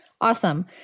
Awesome